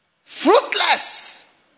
Fruitless